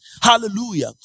hallelujah